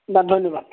বা ধন্যবাদ